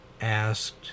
asked